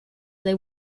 they